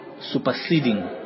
superseding